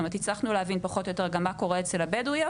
כלומר הצלחנו להבין פחות או יותר מה קורה אצל הבדואיות.